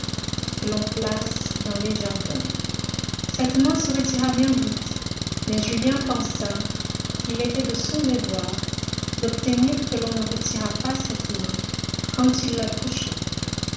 que l'on place dans les jardins cette main se retira bien vite mais julien pensa qu'il était de son devoir d'obtenir que l'on ne retirât pas cette main quand il la touchait